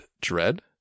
Dread